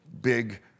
big